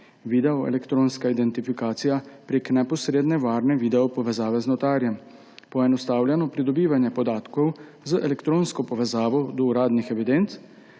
videoelektronska identifikacija prek neposredne varne videopovezave z notarjem; poenostavljeno pridobivanje podatkov z elektronsko povezavo do uradnih evidenc,